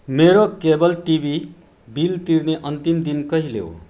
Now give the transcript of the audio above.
मेरो cable TV bill तिर्ने अन्तिम दिन कहिले हो